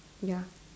ya